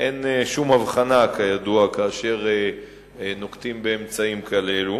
אין שום הבחנה, כידוע, כאשר נוקטים אמצעים כאלו.